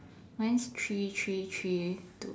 mine's three three three two